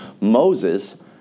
Moses